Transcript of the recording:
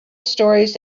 stories